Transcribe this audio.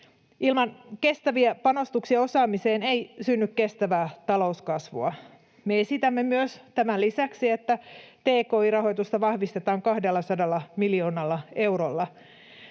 Ilman kestäviä panostuksia osaamiseen ei synny kestävää talouskasvua. Me esitämme myös tämän lisäksi, että tki-rahoitusta vahvistetaan 200 miljoonalla eurolla.